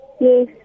Yes